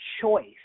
choice